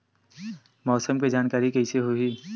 मौसम के जानकारी कइसे होही?